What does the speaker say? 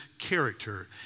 character